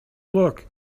look